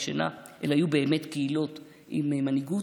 שינה אלא יהיו באמת קהילות עם מנהיגות.